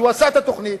שהוא עשה את התוכנית